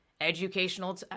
educational